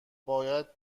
باید